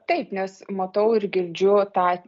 taip nes matau ir girdžiu tą